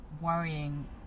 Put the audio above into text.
worrying